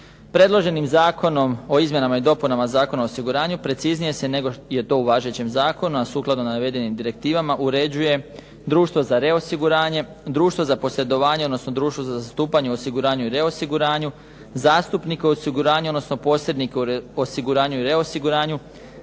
Predloženim Zakonom o izmjenama i dopunama Zakona osiguranju preciznije se nego je to u važećem zakonu, a sukladno navedenim direktivama uređuje društvo za reosiguranje, društvo za posredovanje, odnosno društvo za zastupanje osiguranju i reosiguranju, zastupnike u osiguranju, odnosno posrednika u osiguranju i reosiguranju,